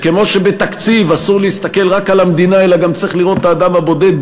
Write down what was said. כמו שבתקציב אסור להסתכל רק על המדינה אלא צריך גם לראות את האדם הבודד,